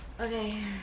Okay